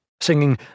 singing